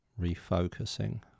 refocusing